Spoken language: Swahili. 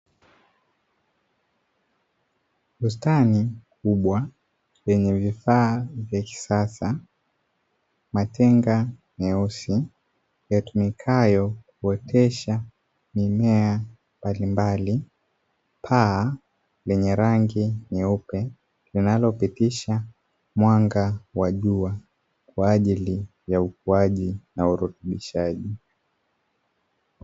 Bustani kubwa yenye vifaa vya kisasa, matenga meusi yatumikayo kuotesha mimea mbalimbali. Paa lenye rangi nyeupe linalopitisha mwanga wa jua kwa ajili ya ukuaji na urutubishaji.